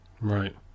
Right